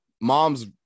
mom's